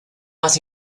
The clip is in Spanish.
más